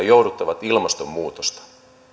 jouduttavat ilmastonmuutosta